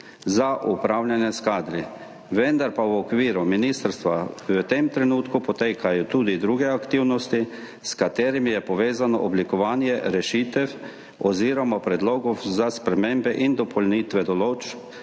za upravljanje s kadri, vendar pa v okviru ministrstva v tem trenutku potekajo tudi druge aktivnosti, s katerimi je povezano oblikovanje rešitev oziroma predlogov za spremembe in dopolnitve določb